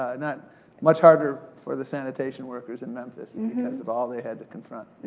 ah not much harder for the sanitation workers in memphis, because of all they had to confront.